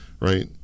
right